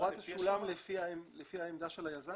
התמורה תשולם לפי העמדה של היזם?